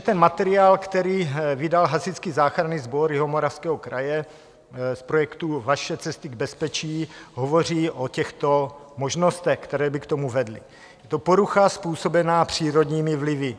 Ten materiál, který vydal Hasičský záchranný sbor Jihomoravského kraje z projektu Vaše cesty k bezpečí, hovoří o těchto možnostech, které by k tomu vedly: Je to porucha způsobená přírodními vlivy.